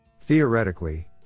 Theoretically